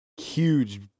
huge